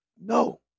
No